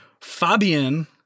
Fabian